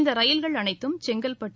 இந்த ரயில்கள் அனைத்தம் செங்கல்பட்டு